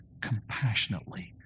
compassionately